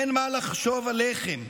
אין מה לחשוב על לחם.